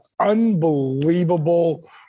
unbelievable